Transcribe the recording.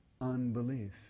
Unbelief